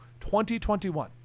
2021